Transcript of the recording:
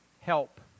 help